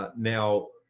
now,